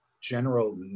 general